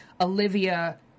Olivia